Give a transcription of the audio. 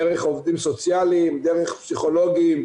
דרך עובדים סוציאליים, דרך פסיכולוגים,